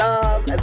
Love